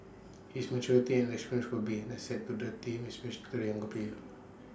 his maturity and experience will be an asset to the team especially to the younger players